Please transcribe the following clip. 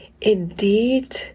indeed